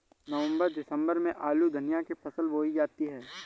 नवम्बर दिसम्बर में आलू धनिया की फसल बोई जाती है?